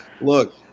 Look